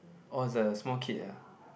orh that's the small kid ah